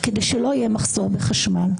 כדי שלא יהיה מחסור בחשמל.